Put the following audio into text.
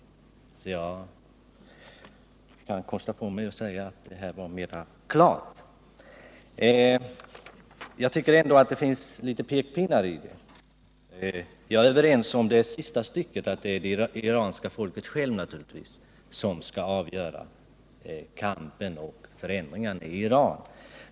Därför kan jag kosta på mig att säga att detta svar är konkret. Jag tycker ändå att det finns några pekpinnar i svaret. Jag är överens med utrikesministern i fråga om det sista stycket, nämligen att det naturligtvis är det iranska folket självt som skall avgöra kampen och förändringarna i Iran.